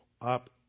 up